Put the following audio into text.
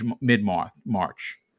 mid-March